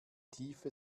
tiefe